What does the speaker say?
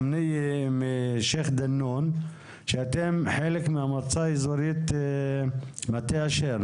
א-שייח' דנון שאתם חלק מהמועצה האזורית מטה אשר,